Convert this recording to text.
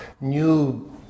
new